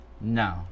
No